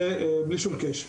זה קורה בלי שום קשר.